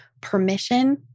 permission